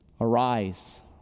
Arise